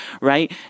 right